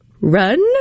Run